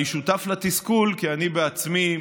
אני שותף לתסכול כי אני בעצמי,